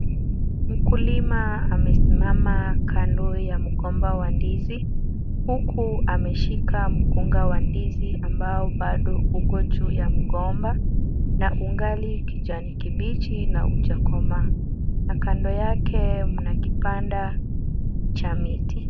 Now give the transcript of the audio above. Mkulima amesimama kando ya mgomba wa ndizi, huku ameshika mkungu wa ndizi, ambao bado uko juu ya mgomba na ungali kijani kibichi na hujakomaa na kando yake mna kibanda cha miti.